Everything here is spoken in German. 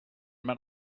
man